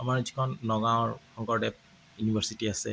আমাৰ যিখন নগাঁৱৰ শংকৰদেৱ ইউনিভাৰ্চিটি আছে